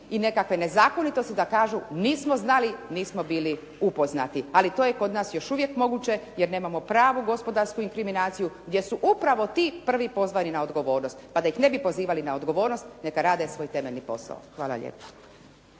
i nekakve nezakonitosti da kažu nismo znali, nismo bili upoznati. Ali to je kod nas još uvijek moguće jer nemamo pravu gospodarsku inkriminaciju gdje su upravo ti prvi pozvani na odgovornost pa da ih ne bi pozivali na odgovornost, neka rade svoj temeljni posao. Hvala lijepo.